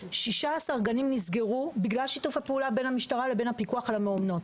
16 גנים נסגרו בגלל שיתוף הפעולה בין המשטרה לבין הפיקוח על המעונות,